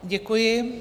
Děkuji.